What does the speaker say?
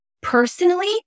personally